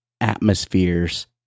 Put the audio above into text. atmospheres